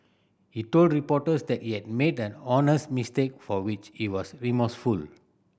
he told reporters that he had made an honest mistake for which he was remorseful